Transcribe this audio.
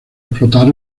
explotar